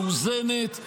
מאוזנת,